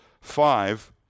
five